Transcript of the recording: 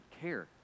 care